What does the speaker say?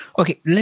Okay